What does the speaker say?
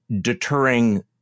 deterring